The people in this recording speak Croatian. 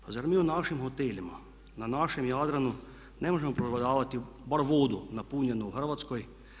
Pa zar mi u našim hotelima na našem Jadranu ne možemo pregledavati barem vodu napunjenu u Hrvatskoj.